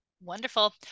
Wonderful